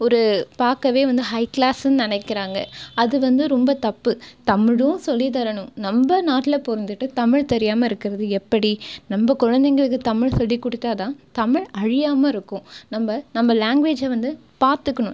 ஒரு பார்க்கவே வந்து ஹை கிளாஸ்ன்னு நினைக்கிறாங்க அது வந்து ரொம்ப தப்பு தமிழும் சொல்லித்தரணும் நம்ம நாட்டில் பிறந்துட்டு தமிழ் தெரியாமல் இருக்கிறது எப்படி நம்ம குழந்தைங்களுக்கு தமிழ் சொல்லிக்கொடுத்தா தான் தமிழ் அழியாமாலிருக்கும் நம்ம நம்ம லாங்குவேஜை வந்து பார்த்துக்கணும்